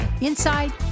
inside